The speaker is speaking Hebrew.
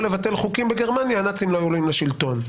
לבטל חוקים בגרמניה הנאצים לא היו עולים לשלטון.